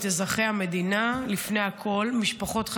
את אזרחי המדינה,